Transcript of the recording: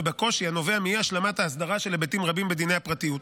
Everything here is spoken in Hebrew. ובקושי הנובע מאי-השלמת ההסדרה של היבטים רבים בדיני הפרטיות.